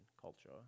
culture